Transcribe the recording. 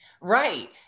Right